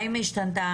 האם העמדה השתנתה?